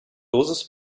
dosis